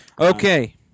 Okay